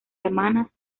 semanas